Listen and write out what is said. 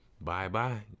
Bye-bye